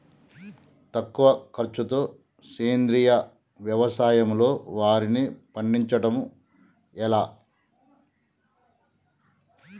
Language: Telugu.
తక్కువ ఖర్చుతో సేంద్రీయ వ్యవసాయంలో వారిని పండించడం ఎలా?